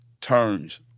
turns